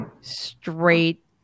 straight